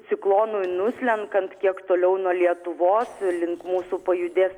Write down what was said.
ciklonui nuslenkant kiek toliau nuo lietuvos link mūsų pajudės